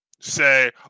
say